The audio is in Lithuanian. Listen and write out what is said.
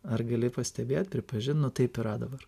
ar gali pastebėt pripažint nu taip yra dabar